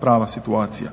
pravna situacija.